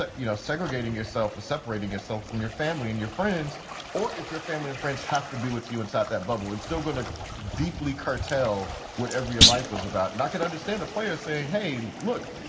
but you know, segregating yourself or separating yourself from your family and your friends or if your family or and friends have to be with you inside that bubble, it's still going to deeply cartel whatever your life was about. and i could understand a player say, hey, look,